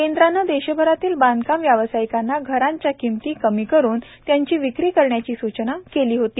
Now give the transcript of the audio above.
केंद्रानं देशभरातील बांधकाम व्यवसायिकांना घरांच्या किमती कमी करून त्यांची विक्री करण्याची सूचना केंद्रानं केली आहे